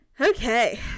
Okay